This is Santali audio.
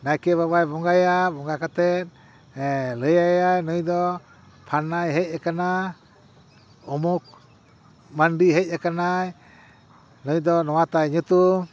ᱱᱟᱭᱠᱮ ᱵᱟᱵᱟᱭ ᱵᱚᱸᱜᱟᱭᱟ ᱵᱚᱸᱜᱟ ᱠᱟᱛᱮᱫ ᱞᱟᱹᱭᱟᱭᱟᱭ ᱱᱩᱭ ᱫᱚ ᱯᱷᱟᱱᱱᱟᱭ ᱦᱮᱡ ᱠᱟᱱᱟ ᱩᱢᱩᱠ ᱢᱟᱹᱱᱰᱤ ᱦᱮᱡ ᱟᱠᱟᱱᱟᱭ ᱱᱩᱭ ᱫᱚ ᱱᱚᱣᱟ ᱛᱟᱭ ᱧᱩᱛᱩᱢ